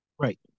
right